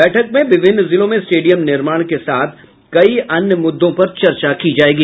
बैठक में विभिन्न जिलों में स्टेडियम निर्माण के साथ कई अन्य मुद्दों पर चर्चा होगी